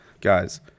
Guys